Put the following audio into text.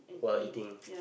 what eating